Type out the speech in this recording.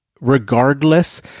regardless